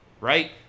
right